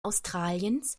australiens